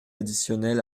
additionnels